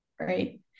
right